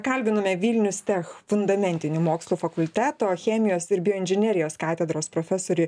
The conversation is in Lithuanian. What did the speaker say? kalbinome vilnius tech fundamentinių mokslų fakulteto chemijos ir bioinžinerijos katedros profesorį